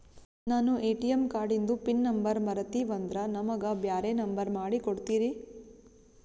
ನಾನು ಎ.ಟಿ.ಎಂ ಕಾರ್ಡಿಂದು pin number ಮರತೀವಂದ್ರ ನಮಗ ಬ್ಯಾರೆ ನಂಬರ್ ಮಾಡಿ ಕೊಡ್ತೀರಿ?